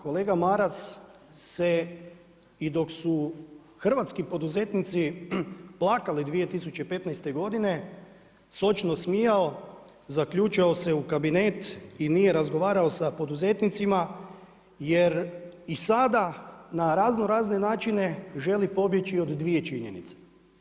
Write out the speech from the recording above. Kolega Maras se i dok su hrvatski poduzetnici plakali 2015. godine sočno smijao, zaključao se u kabinet i nije razgovarao sa poduzetnicima jer i sada na razno razne načine želi pobjeći od dvije činjenice.